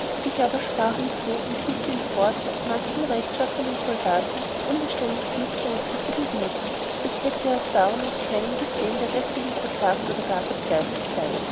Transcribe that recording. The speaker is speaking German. ich aber sprach ihm zu und hielt ihm vor daß manchem rechtschaffenem soldaten das unbeständig glück seine tücke bewiesen ich hätte aber darum noch keinen gesehen der deswegen verzagt oder gar verzweifelt sei